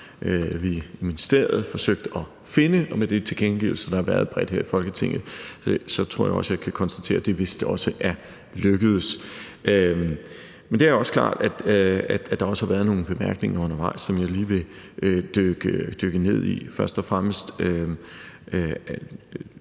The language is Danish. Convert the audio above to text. vi i ministeriet forsøgt at finde. Og med de tilkendegivelser, der har været bredt her i Folketinget, tror jeg også, jeg kan konstatere, at det vist også er lykkedes. Men det er også klart, at der har været nogle bemærkninger undervejs, som jeg lige vil dykke ned i. Først og fremmest